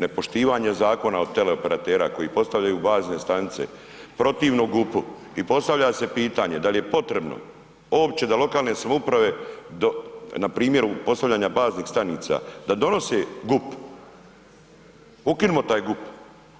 Nepoštivanje zakona od teleoperatera koji postavljaju bazne stanice protivno GUP-u i postavlja se pitanje da li je potrebno uopće da lokalne samouprave, na primjeru postavljanja baznih stanica da donose GUP, ukinimo taj GUP,